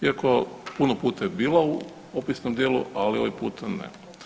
Iako puno puta je bila u opisnom dijelu, ali ovaj puta ne.